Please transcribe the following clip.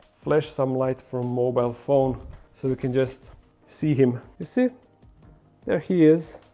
flash some light from mobile phone so we can just see him you see there he is